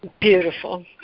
Beautiful